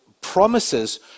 promises